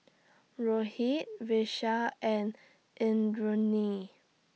Rohit Vishal and Indranee